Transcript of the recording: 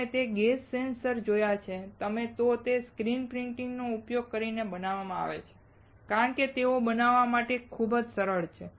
જો તમે gas sensor જોયા છે તો તે સ્ક્રીન પ્રિન્ટીંગનો ઉપયોગ કરીને બનાવવામાં આવે છે કારણ કે તેઓ બનાવવા માટે ખૂબ જ સરળ છે